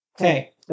Okay